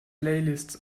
playlists